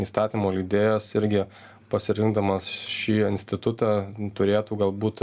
įstatymo leidėjas irgi pasirinkdamas šį institutą turėtų galbūt